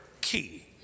key